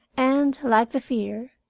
and, like the fear,